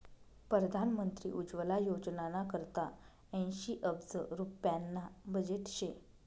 परधान मंत्री उज्वला योजनाना करता ऐंशी अब्ज रुप्याना बजेट शे